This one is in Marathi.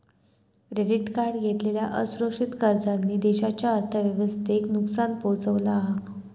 क्रेडीट कार्ड घेतलेल्या असुरक्षित कर्जांनी देशाच्या अर्थव्यवस्थेक नुकसान पोहचवला हा